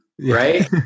right